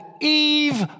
eve